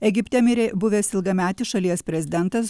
egipte mirė buvęs ilgametis šalies prezidentas